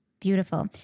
beautiful